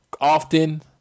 often